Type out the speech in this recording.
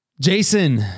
Jason